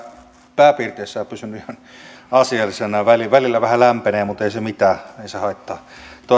pääpiirteissään pysynyt ihan asiallisena välillä välillä vähän lämpenee mutta ei se mitään ei se haittaa